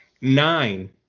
Nine